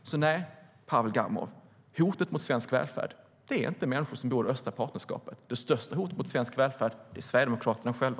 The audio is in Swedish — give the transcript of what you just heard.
Så nej, Pavel Gamov, hotet mot svensk välfärd är inte människor som bor i östliga partnerskapet. Det största hotet mot svensk välfärd är Sverigedemokraterna själva.